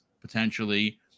potentially